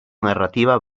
narrativa